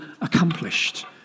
accomplished